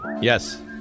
Yes